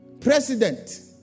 President